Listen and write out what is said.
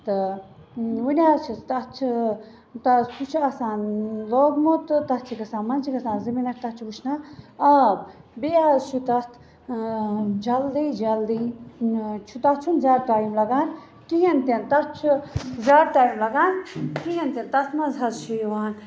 تہٕ وٕنہِ حظ چھِس تَتھ چھِ تہ سُہ چھُ آسان لوگمُت تہٕ تَتھ چھِ گَژھان منٛز چھِ گَژھان زٕ مِنَٹ تَتھ چھِ وٕشنان آب بیٚیہِ حظ چھُ تَتھ جلدی جلدی چھُ تَتھ چھُنہٕ زیادٕ ٹایم لَگان کِہیٖنۍ تہِ نہٕ تَتھ چھُ زیادٕ ٹایم لَگان کِہیٖنۍ تہِ نہٕ تَتھ منٛز حظ چھُ یِوان